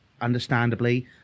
understandably